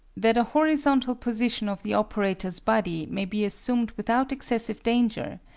that a horizontal position of the operator's body may be assumed without excessive danger,